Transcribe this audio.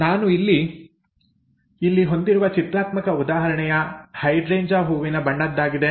ನಾನು ಇಲ್ಲಿ ಹೊಂದಿರುವ ಚಿತ್ರಾತ್ಮಕ ಉದಾಹರಣೆಯು ಹೈಡ್ರೇಂಜ ಹೂವಿನ ಬಣ್ಣದ್ದಾಗಿದೆ